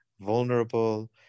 vulnerable